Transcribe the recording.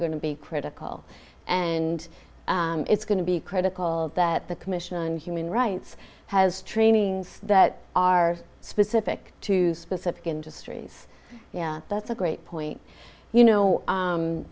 going to be critical and it's going to be critical that the commission on human rights has trainings that are specific to specific industries yeah that's a great point you know